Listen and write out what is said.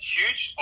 huge